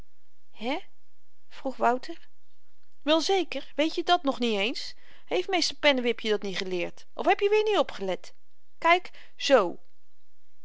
hè vroeg wouter wel zeker weet je dat nog niet eens heeft meester pennewip je dat niet geleerd of heb je weêr niet opgelet kyk zoo